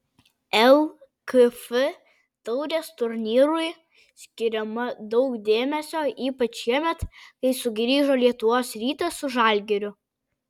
lkf taurės turnyrui skiriama daug dėmesio ypač šiemet kai sugrįžo lietuvos rytas su žalgiriu